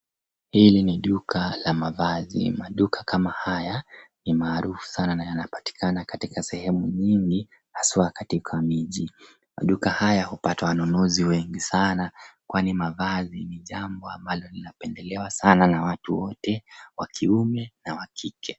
Hili ni duka la mavazi. Maduka kama haya ni maarufu sana na yana patikana katika sehemu nyingi haswa katika miji. Maduka haya hupata wanunuzi wengi sana kwani mavazi ni jambo linalo pendelewa sana na watu wote wa kiume na kike.